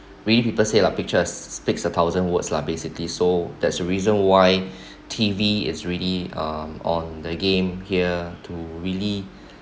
many people say like pictures speaks a thousand words lah basically so that's the reason why T_V is ready um on the game here to really